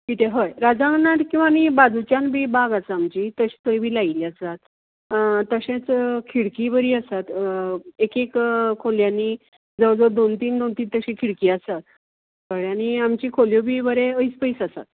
कितें हय राजांगणांत किंवा आमी बाजूच्यान बी बाग आसा आमची तशें थंय बी लायिल्ले आसात तशेंच खिडकी बरी आसात एक एक खोलयांनी जवळ जवळ दोन तीन ती तशी खिडकी आसा कळ्ळे आनी आमची खोलयो बी बरें अयस पयस आसात